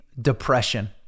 depression